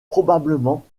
probablement